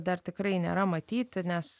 dar tikrai nėra matyti nes